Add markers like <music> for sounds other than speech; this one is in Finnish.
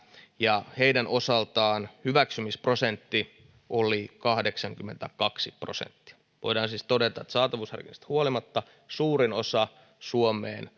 ja heidän osaltaan hyväksymisprosentti oli kahdeksankymmentäkaksi prosenttia voidaan siis todeta että saatavuusharkinnasta huolimatta suurin osa suomeen <unintelligible>